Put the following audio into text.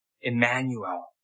Emmanuel